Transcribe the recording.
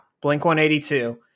Blink-182